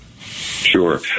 Sure